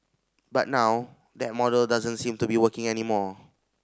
but now that model doesn't seem to be working anymore